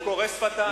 הוא קורא שפתיים.